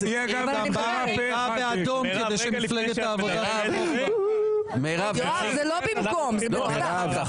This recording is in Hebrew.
--- זה לא במקום, זה בנוסף.